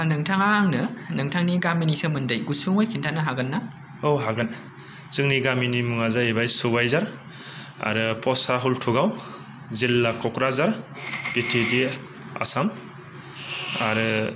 नोंथाङा आंनो नोंथांनि गामिनि सोमोन्दै गुसुङै खिन्थानो हागोन ना औ हागोन जोंनि गामिनि मुङा जाहैबाय सुबायझार आरो पस्ट आ हुल्टुगाव जिल्ला क'क्राझार बिटिएडि आसाम आरो